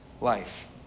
life